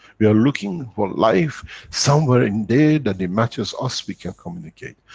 we are looking for life somewhere in there, that they matches us, we can communicate.